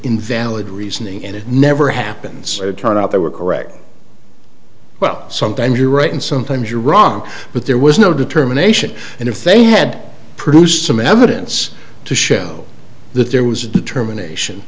invalid reasoning and it never happens it turned out they were correct well sometimes you're right and sometimes you're wrong but there was no determination and if they had produced some evidence to show that there was a determination